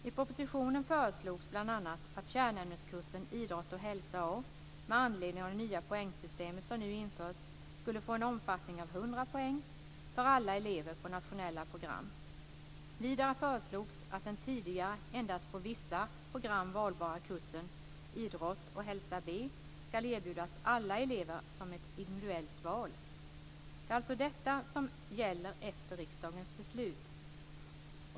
I propositionen föreslogs bl.a. att kärnämneskursen idrott och hälsa A, med anledning av det nya poängsystem som nu införs, skulle få en omfattning av 100 poäng för alla elever på nationella program. Vidare föreslogs att den tidigare endast på vissa program valbara kursen idrott och hälsa B ska erbjudas alla elever som ett individuellt val. Det är alltså detta som gäller efter riksdagens beslut.